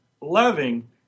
loving